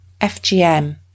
FGM